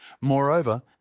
Moreover